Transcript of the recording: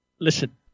Listen